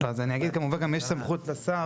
אני אגיד, כמובן, גם יש סמכות לשר.